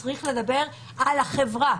הוא צריך לדבר על החברה,